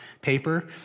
paper